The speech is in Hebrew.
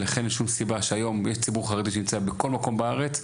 ולכן אין שום סיבה שהיום שיש ציבור חרדי שנמצא בכל מקום בארץ,